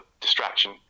distraction